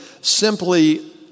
simply